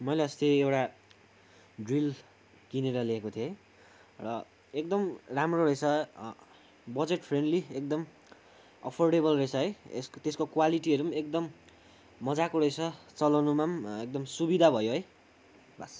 मैले अस्ति एउटा ड्रिल किनेर लिएको थिएँ र एकदम राम्रो रहेछ बजेट फ्रेन्डली एकदम अफरडेबल रहेछ है त्यसको क्वालिटीहरू पनि एकदम मजाको रहेछ चलाउनुमा पनि एकदम सुविधा भयो है बास